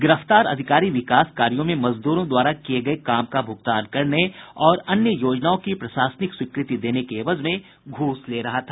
गिरफ्तार अधिकारी विकास कार्यों में मजदूरों द्वारा किये गये काम का भुगतान करने और अन्य योजनाओं की प्रशासनिक स्वीकृति देने के एवज में घूस ले रहा था